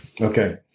okay